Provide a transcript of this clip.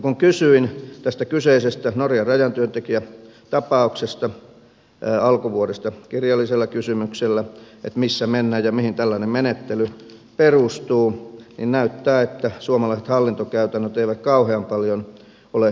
kun kysyin tästä kyseisestä norjan rajatyöntekijätapauksesta alkuvuodesta kirjallisella kysymyksellä että missä mennään ja mihin tällainen menettely perustuu niin näyttää siltä että suomalaiset hallintokäytännöt eivät kauhean paljon ole muuttuneet